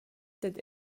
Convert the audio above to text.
dad